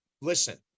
listen